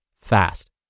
fast